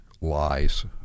lies